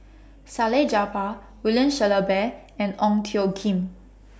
Salleh Japar William Shellabear and Ong Tjoe Kim